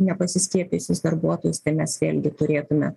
nepasiskiepijusius darbuotojus tai mes vėlgi turėtume